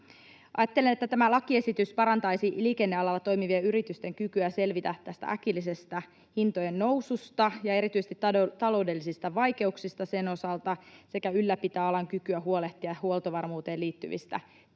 Ajattelen, että tämä lakiesitys parantaisi liikennealalla toimivien yritysten kykyä selvitä tästä äkillisestä hintojen noususta ja erityisesti taloudellisista vaikeuksista sen osalta sekä ylläpitää alan kykyä huolehtia huoltovarmuuteen liittyvistä tehtävistä.